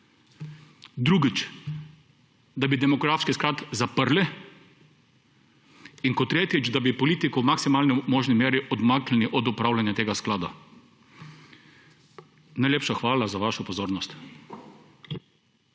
Drugič, da bi demografski sklad zaprli. In kot tretjič, da bi politiko v maksimalni možni meri odmaknili od upravljanja tega sklada. Najlepša hvala za vašo pozornost.